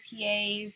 PAs